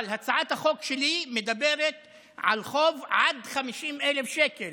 אבל הצעת החוק שלי מדברת על חוב עד 50,000 שקל,